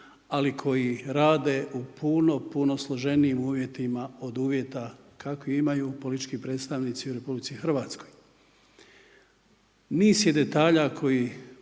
ali koji rade u puno puno složenijim uvjetima, od uvjeta kakvih imaju politički predstavnici u RH. Niz je detalja koji